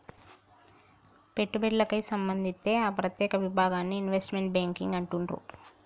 పెట్టుబడులకే సంబంధిత్తే ఆ ప్రత్యేక విభాగాన్ని ఇన్వెస్ట్మెంట్ బ్యేంకింగ్ అంటుండ్రు